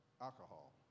alcohol